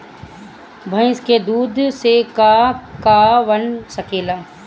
भइस के दूध से का का बन सकेला?